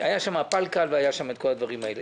היה שם פל-קל, והיה שם את כל הדברים האלה.